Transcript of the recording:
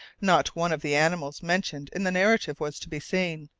not one of the animals mentioned in the narrative was to be seen,